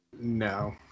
No